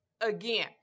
again